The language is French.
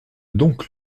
donc